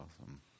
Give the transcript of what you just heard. awesome